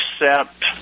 accept